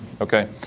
Okay